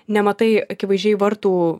nematai akivaizdžiai vartų